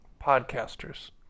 Podcasters